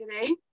today